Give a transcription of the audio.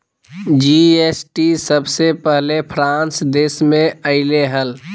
GST सबसे पहले France देश मे अइले हल